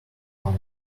fun